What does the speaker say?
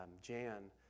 Jan